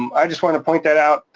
um i just wanna point that out.